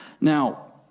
Now